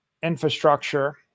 infrastructure